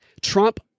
Trump